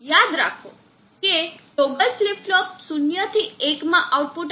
યાદ રાખો કે ટોગલ ફ્લિપ ફ્લોપ શૂન્યથી એકમાં આઉટપુટ આપશે